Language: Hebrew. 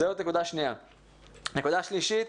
הדבר השלישי,